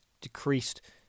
decreased